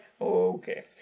okay